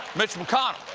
mitch mcconnell.